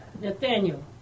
Nathaniel